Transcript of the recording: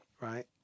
right